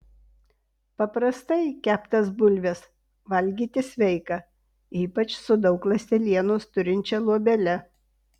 paprastai keptas bulves valgyti sveika ypač su daug ląstelienos turinčia luobele